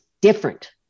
different